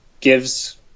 gives